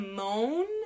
moan